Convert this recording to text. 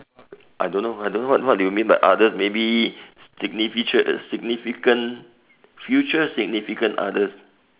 I don't know I don't know what what you mean by other maybe significant significant future significant others